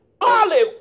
olive